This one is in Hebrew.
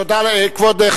תודה לכבוד,